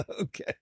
Okay